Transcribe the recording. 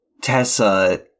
Tessa